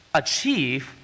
achieve